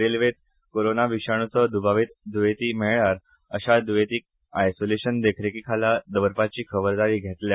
रेल्वेन कोरोना विशाणूचो द्बावीत द्र्येंती मेळळ्यार अशा द्र्येंतींक आयसोलेशन देखरेखी खाला दवरपाची खबरदारी घेतल्या